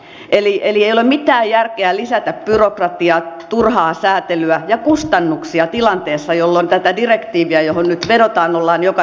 eli ei ole mitään järkeä lisätä byrokratiaa turhaa säätelyä ja kustannuksia tilanteessa jolloin tätä direktiiviä johon nyt vedotaan ollaan joka tapauksessa uusimassa